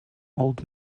old